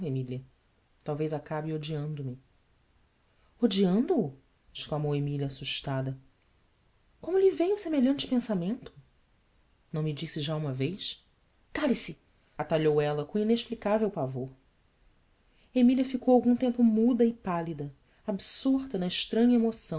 emília talvez acabe odiando me diando o exclamou emília assustada omo lhe veio semelhante pensamento ão me disse já uma vez ale se atalhou ela com inexplicável pavor emília ficou algum tempo muda e pálida absorta na estranha